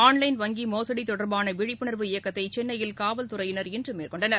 online வங்கி மோசடி தொடர்பான விழிப்புணர்வு இயக்கத்தை சென்னையில காவல்துறையினர் இன்று மேற்கொண்டனர்